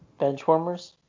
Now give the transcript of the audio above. Benchwarmers